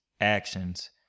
actions